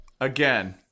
Again